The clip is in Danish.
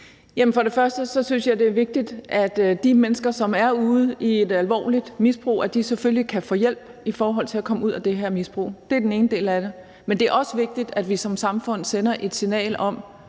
Tak. Først synes jeg, at det er vigtigt, at de mennesker, som er ude i et alvorligt misbrug, selvfølgelig kan få hjælp i forhold til at komme ud af det her misbrug. Det er den ene del af det. Men det er også vigtigt, at vi som samfund sender et signal om,